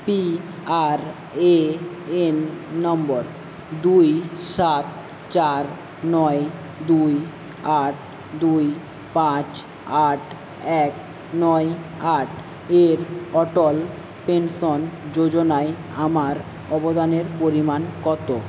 PRAN number দুই সাত চার নয় দুই আট দুই পাঁচ আট এক নয় আট এর অটল পেনশন যোজনায় আমার অবদানের পরিমাণ কত